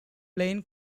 plain